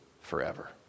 forever